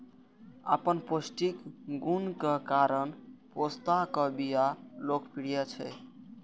अपन पौष्टिक गुणक कारण पोस्ताक बिया लोकप्रिय छै